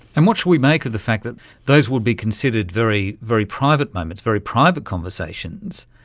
and what should we make of the fact that those would be considered very very private moments, very private conversations,